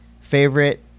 favorite